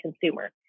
consumer